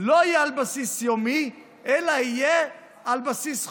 לא יהיה על בסיס יומי אלא יהיה על בסיס חודשי,